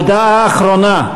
הודעה אחרונה: